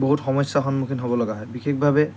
বহুত সমস্যাৰ সন্মুখীন হ'ব লগা হয় বিশেষভাৱে